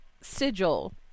sigil